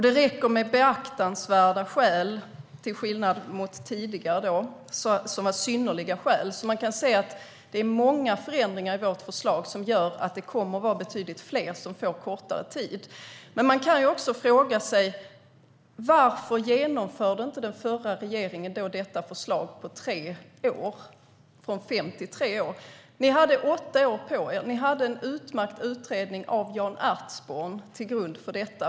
Det räcker också med "beaktansvärda skäl" till skillnad mot tidigare "synnerliga skäl". Det är många förändringar i vårt förslag som gör att det kommer att vara betydligt fler som får kortare tid. Man kan fråga sig varför den förra regeringen inte genomförde förslaget om tre år. Ni hade åtta år på er. Ni hade en utmärkt utredning av Jan Ertsborn till grund för detta.